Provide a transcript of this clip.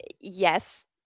yes